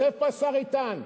יושב פה השר איתן.